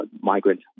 migrant